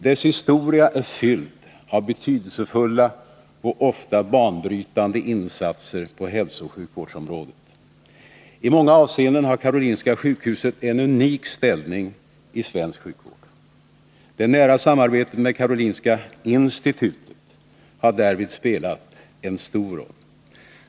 Dess historia är fylld av betydelsefulla och ofta banbrytande insatser på hälsooch sjukvårdsområdet. I många avseenden har Karolinska sjukhuset en unik ställning i svensk sjukvård. Det nära samarbetet med Karolinska institutet har därvid spelat en stor roll.